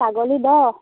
ছাগলী দহ